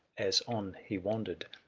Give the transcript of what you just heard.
as on he wandered,